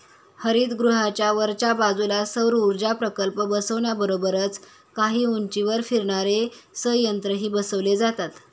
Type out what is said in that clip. हरितगृहाच्या वरच्या बाजूला सौरऊर्जा प्रकल्प बसवण्याबरोबरच काही उंचीवर फिरणारे संयंत्रही बसवले जातात